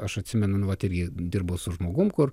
aš atsimenu nu vat irgi dirbau su žmogum kur